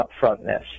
upfrontness